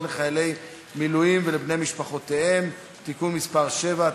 לחיילי מילואים ולבני משפחותיהם (תיקון מס' 7),